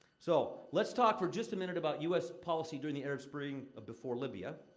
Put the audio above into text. so, let's talk for just a minute about u s. policy during the arab spring, before libya.